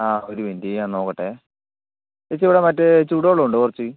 ആ ഒരു മിനിറ്റ് ഞാൻ നോക്കട്ടെ ചേച്ചി ഇവിടെ മറ്റേ ചൂട് വെള്ളം ഉണ്ടോ കുറച്ച്